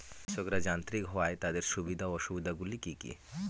কৃষকরা যান্ত্রিক হওয়ার তাদের সুবিধা ও অসুবিধা গুলি কি কি?